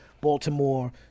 Baltimore